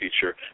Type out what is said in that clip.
feature